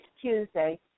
Tuesday